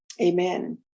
amen